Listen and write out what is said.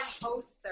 poster